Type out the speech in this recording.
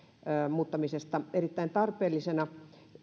muuttamisesta erittäin tarpeellisena